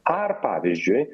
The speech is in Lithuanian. ar pavyzdžiui